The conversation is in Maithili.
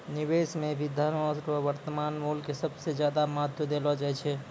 निवेश मे भी धनो रो वर्तमान मूल्य के सबसे ज्यादा महत्व देलो जाय छै